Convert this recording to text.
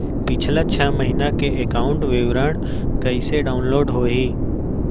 पिछला छः महीना के एकाउंट विवरण कइसे डाऊनलोड होही?